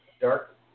Dark